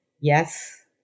yes